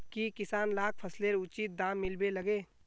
की किसान लाक फसलेर उचित दाम मिलबे लगे?